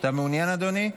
אתה מעוניין אדוני?